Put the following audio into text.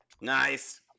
Nice